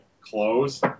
close